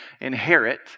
inherit